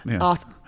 awesome